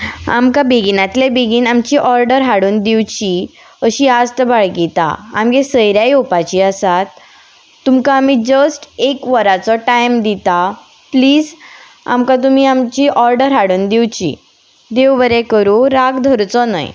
आमकां बेगीनांतल्या बेगीन आमची ऑर्डर हाडून दिवची अशी आस्त बाळगीता आमगे सयऱ्यां येवपाची आसात तुमकां आमी जस्ट एक वराचो टायम दिता प्लीज आमकां तुमी आमची ऑर्डर हाडून दिवची देव बरें करूं राग धरचो न्हय